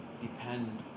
depend